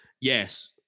Yes